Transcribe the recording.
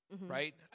Right